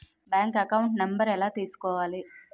Bank account number ఎలా తీసుకోవాలి?